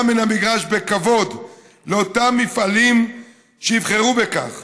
מן המגרש בכבוד לאותם מפעלים שיבחרו בכך,